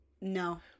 no